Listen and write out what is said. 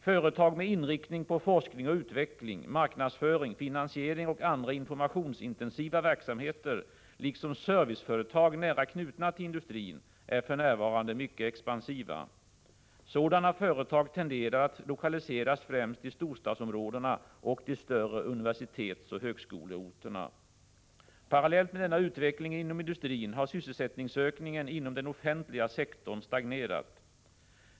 Företag med inriktning på forskning och utveckling, marknadsföring, finansiering och andra informationsintensiva verksamheter liksom serviceföretag nära knutna till industrin är för närvarande mycket expansiva. Sådana företag tenderar att lokaliseras främst till storstadsområdena och de större universitetsoch högskoleorterna. Parallellt med denna utveckling inom industrin har sysselsättningsökningen inom den offentliga sektorn stagnerat.